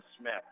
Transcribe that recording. Smith